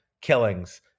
killings